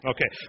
Okay